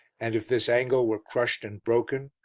and if this angle were crushed and broken,